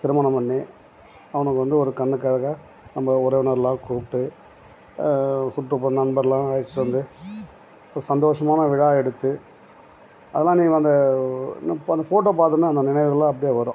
திருமணம் பண்ணி அவனுக்கு வந்து ஒரு கண்ணுக்கழகாக நம்ம உறவினர்லாம் கூப்பிட்டு சுற்றுப்புற நண்பர்லாம் அழத்துட்டு வந்து ஒரு சந்தோசமான விழா எடுத்து அதெல்லாம் அந்த இப்போ அந்த ஃபோட்டோ பார்த்தோனே அந்த நினைவுகள்லாம் அப்படியே வரும்